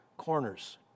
corners